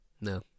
No